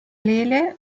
lele